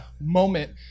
moment